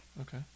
Okay